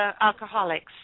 alcoholics